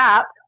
up